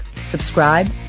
subscribe